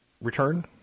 return